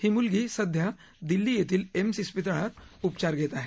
ही मुलगी संध्या दिल्ली येथील एम्स शिपतळात उपचार घेत आहे